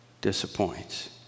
disappoints